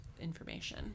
information